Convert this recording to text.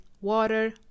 water